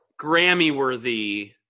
Grammy-worthy